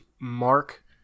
mark